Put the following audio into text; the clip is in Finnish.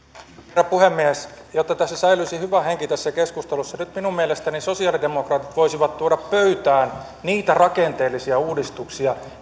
herra puhemies jotta säilyisi hyvä henki tässä keskustelussa nyt minun mielestäni sosialidemokraatit voisivat tuoda pöytään niitä rakenteellisia uudistuksia